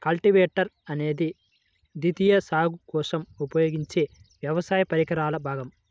cultivator అనేది ద్వితీయ సాగు కోసం ఉపయోగించే వ్యవసాయ పరికరాల భాగం